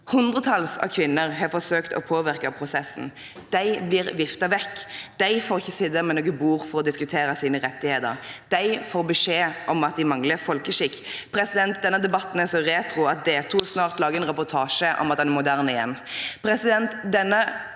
Hundretalls av kvinner har forsøkt å påvirke prosessen. De blir viftet vekk, de får ikke sitte ved noe bord for å diskutere sine rettigheter, de får beskjed om at de mangler folkeskikk. Denne debatten er så retro at D2 snart lager en reportasje om at den er moderne igjen.